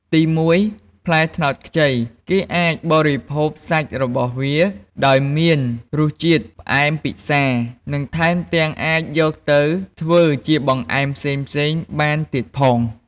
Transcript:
ទីមួយ ផ្លែត្នោតខ្ចីគេអាចបរិភោគសាច់របស់វា ដោយមានរសជាតិផ្អែមពិសា និងថែមទាំងអាចយកទៅធ្វើជាបង្អែមផ្សេងៗបានទៀតផង។